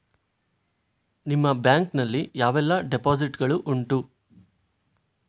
ನಿಮ್ಮ ಬ್ಯಾಂಕ್ ನಲ್ಲಿ ಯಾವೆಲ್ಲ ಡೆಪೋಸಿಟ್ ಗಳು ಉಂಟು?